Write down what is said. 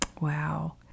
Wow